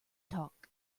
talk